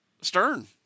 Stern